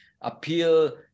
appeal